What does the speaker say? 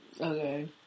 Okay